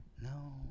no